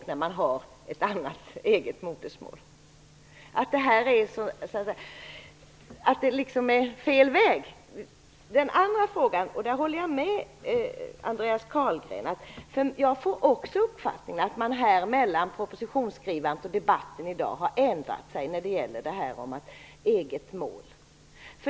Här är det alltså fråga om fel väg. I den andra frågan, och där håller jag med Andreas Carlgren, har jag uppfattningen att man under tiden mellan propositionsskrivandet och debatten här i dag har ändrat sig om detta med eget mål.